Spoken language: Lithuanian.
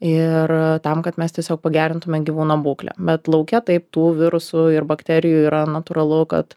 ir tam kad mes tiesiog pagerintume gyvūno būklę bet lauke taip tų virusų ir bakterijų yra natūralu kad